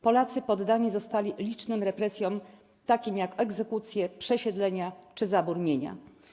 Polacy poddani zostali licznym represjom, takim jak egzekucje, przesiedlenia czy zabór mienia.